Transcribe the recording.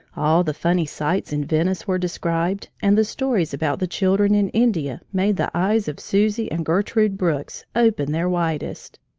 all the funny sights in venice were described, and the stories about the children in india made the eyes of susie and gertrude brooks open their widest.